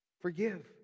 forgive